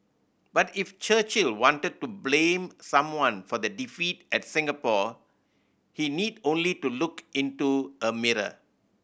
but if Churchill wanted to blame someone for the defeat at Singapore he need only to look into a mirror